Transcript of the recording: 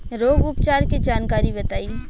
रोग उपचार के जानकारी बताई?